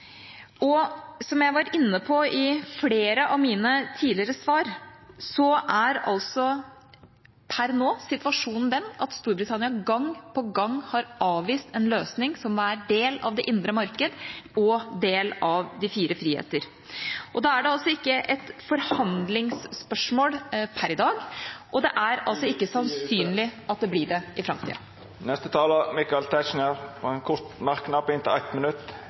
Og som jeg var inne på i flere av mine tidligere svar, er situasjonen nå den at Storbritannia gang på gang har avvist en løsning som er en del av det indre marked og de fire friheter. Det er altså ikke et forhandlingsspørsmål per i dag, og det er ikke sannsynlig at det blir det i framtida. Michael Tetzschner har hatt ordet to gonger tidlegare i debatten og får ordet til ein kort merknad, avgrensa til 1 minutt.